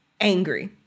Angry